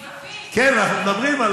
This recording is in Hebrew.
כן, אנחנו מדברים,